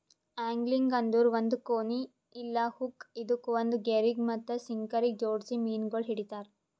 angling ಅಂದುರ್ ಒಂದ್ ಕೋನಿ ಇಲ್ಲಾ ಹುಕ್ ಇದುಕ್ ಒಂದ್ ಗೆರಿಗ್ ಮತ್ತ ಸಿಂಕರಗ್ ಜೋಡಿಸಿ ಮೀನಗೊಳ್ ಹಿಡಿತಾರ್